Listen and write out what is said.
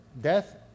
death